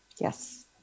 Yes